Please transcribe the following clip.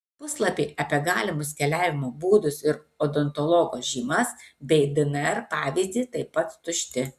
puslapiai apie galimus keliavimo būdus ir odontologo žymas bei dnr pavyzdį taip pat tušti